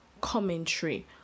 commentary